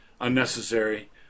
unnecessary